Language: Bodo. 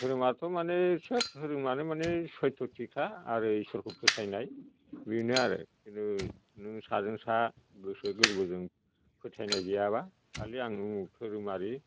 धोरोमाथ' माने सोब धोरोमानो सैथ'थिखा आरो ईस्वरखौ फोथाइनाय बेनो आरो खिन्थु नों साजों सा गोसो गोरबोजों फोथायनाय गैयाबा खालि आं उमुग धोरोमारि